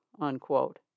unquote